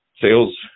sales